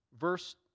Verse